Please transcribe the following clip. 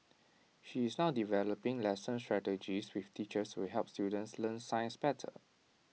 she is now developing lesson strategies with teachers to help students learn science better